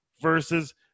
versus